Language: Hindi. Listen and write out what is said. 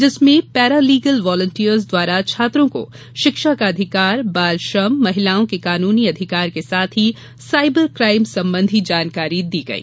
जिसमें पैरालीगल वालियंटर्स द्वारा छात्रों को शिक्षा का अधिकार बाल श्रम महिलाओं के कानूनी अधिकार के साथ ही साइबर क्राइम संबंधी जानकारी दी गई